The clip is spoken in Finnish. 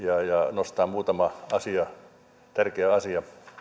nostaa muutaman tärkeän asian